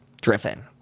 driven